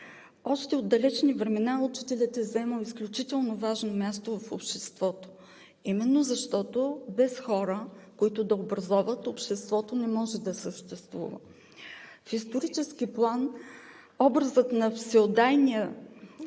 Още от далечни времена учителят е заемал изключително важно място в обществото, именно защото без хора, които да образоват, обществото не може да съществува. В исторически план образът на всеотдайния,